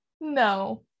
No